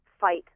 fight